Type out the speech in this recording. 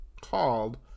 called